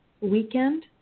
weekend